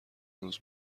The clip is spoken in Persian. روز